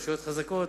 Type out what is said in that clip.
רשויות חזקות,